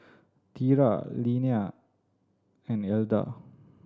Tera Linnea and Elda